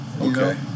Okay